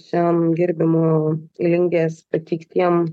šiam girdimo lingės pateiktiem